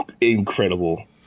incredible